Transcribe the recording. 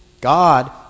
God